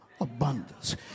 abundance